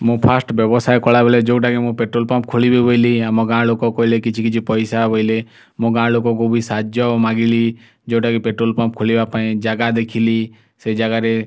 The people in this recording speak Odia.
ମୁଁ ଫାଷ୍ଟ ବ୍ୟବସାୟ କଲାବେଳେ ଯେଉଁଟାକି ମୁଁ ପେଟ୍ରୋଲ୍ ପମ୍ପ୍ ଖୋଲିବି ବୋଇଲି ଆମ ଗାଁ ଲୋକ କହିଲେ କିଛି କିଛି ପଇସା ବୋଇଲେ ମୁଁ ଗାଁ ଲୋକଙ୍କୁ ବି ସାହାଯ୍ୟ ମାଗିଲି ଯେଉଁଟାକି ପେଟ୍ରୋଲ୍ ପମ୍ପ୍ ଖୋଲିବା ପାଇଁ ଜାଗା ଦେଖିଲି ସେଇ ଜାଗାରେ